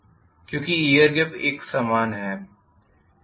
क्योंकि air gap एक समान है